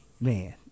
man